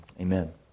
Amen